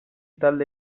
talde